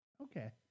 okay